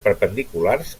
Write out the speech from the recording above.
perpendiculars